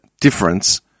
difference